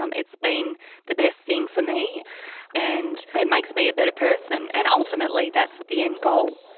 um it's been the best thing for me and but it makes me a better person, and ultimately that's the end goal,